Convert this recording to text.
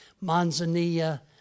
Manzanilla